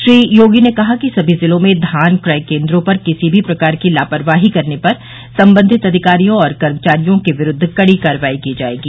श्री योगी ने कहा कि सभी जिलों में धान क्रय केन्द्रों पर किसी भी प्रकार की लापरवाही करने पर सम्बन्धित अधिकारियों और कर्मचारियों के विरूद्व कड़ी कार्रवाई की जायेगी